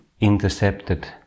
intercepted